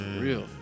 Real